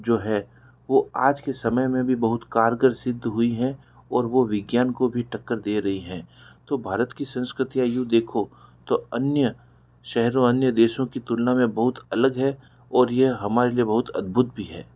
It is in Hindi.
जो है वह आज के समय में भी बहुत कारगर सिद्ध हुई हैं और वह विज्ञान को भी टक्कर दे रही हैं तो भारत की संस्कृतियाँ यूँ देखो तो अन्य शहरों अन्य देशों की तुलना में बहुत अलग है और यह हमारे लिए बहुत अद्भुत भी है